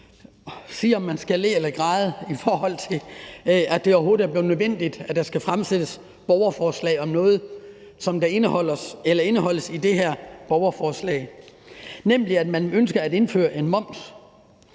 om man skal le eller græde, i forhold til at det overhovedet er blevet nødvendigt, at der skal fremsættes borgerforslag om det, der er indeholdt i det her borgerforslag, nemlig at man ønsker at indføre en moms